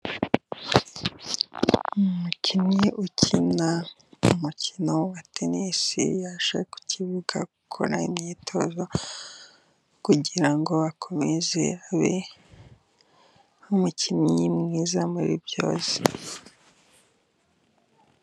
Umukinnyi ukina umukino wa tenisi yaje ku kibuga gukora imyitozo kugira akomeze abe umukinnyi mwiza muri byose.